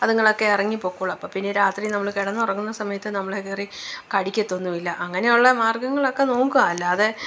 അതുങ്ങളൊക്കെ ഇറങ്ങി പൊക്കോളും അപ്പം പിന്നെ ഈ രാത്രി നമ്മള് കിടന്നുറങ്ങുന്ന സമയത്ത് നമ്മളെ കയറി കടിക്കത്തൊന്നുവില്ല അങ്ങനെയുള്ള മാര്ഗങ്ങളൊക്കെ നോക്കുക അല്ലാതെ